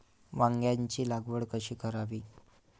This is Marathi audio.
वांग्यांची लागवड कशी करावी?